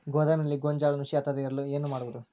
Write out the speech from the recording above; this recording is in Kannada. ಗೋದಾಮಿನಲ್ಲಿ ಗೋಂಜಾಳ ನುಸಿ ಹತ್ತದೇ ಇರಲು ಏನು ಮಾಡುವುದು?